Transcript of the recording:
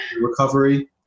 recovery